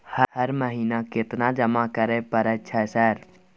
हर महीना केतना जमा करे परय छै सर?